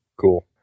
Cool